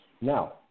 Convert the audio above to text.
Now